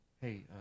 hey